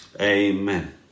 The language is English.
Amen